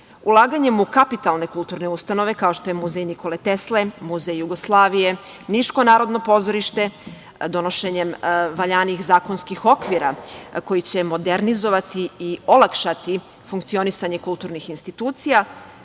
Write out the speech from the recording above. publike. Ulaganjem u kapitalne kulturne ustanove, kao što je Muzej Nikole Tesle, Muzej Jugoslavije, Niško narodno pozorište, donošenjem valjanih zakonskih okvira koji će modernizovati i olakšati funkcionisanje kulturnih institucija,